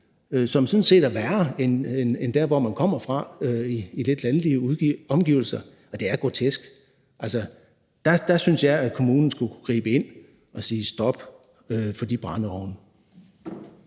som sådan set er værre end der, hvor man kommer fra i lidt landlige omgivelser. Det er grotesk. Der synes jeg at kommunen skulle kunne gribe ind og sige stop for de brændeovne.